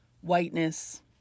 whiteness